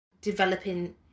developing